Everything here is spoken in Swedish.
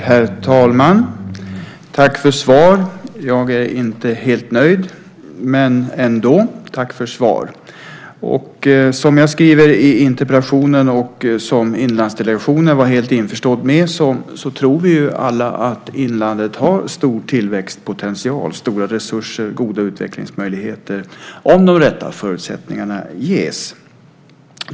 Herr talman! Jag vill tacka för svaret även om jag inte är helt nöjd. Som jag skriver i interpellationen, och som Inlandsdelegationen var helt införstådd med, tror vi alla att inlandet har en stor tillväxtpotential. Där finns stora resurser och goda utvecklingsmöjligheter om de rätta förutsättningarna ges.